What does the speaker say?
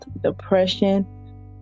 Depression